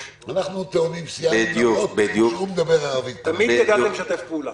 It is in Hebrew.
אנחנו נעבור להקראה ולהצבעה.